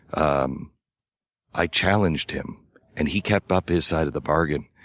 um i challenged him and he kept up his side of the bargain,